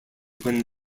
when